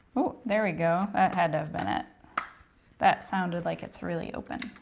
oh there we go that had to have been it that sounded like it's really open.